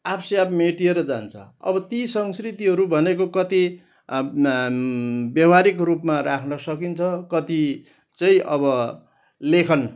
आफसे आफ मेटिएर जान्छ अब ती संस्कृतिहरू भनेको कति व्यवहारिक रूपमा राख्न सकिन्छ कति चाहिँ अब लेखन